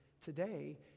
today